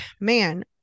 man